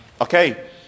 Okay